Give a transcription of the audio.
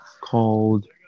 called